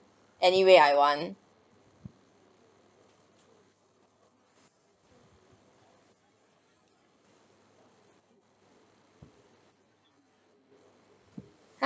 anywhere I want